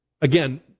again